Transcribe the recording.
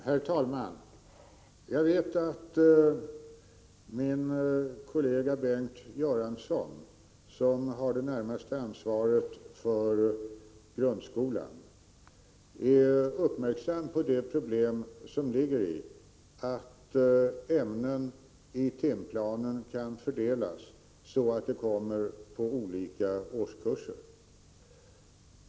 Herr talman! Jag vet att min kollega Bengt Göransson, som har det närmaste ansvaret för grundskolan, är uppmärksam på det problem som ligger i att ämnen i timplanen kan fördelas så att de kommer i olika årskurser.